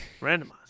Randomize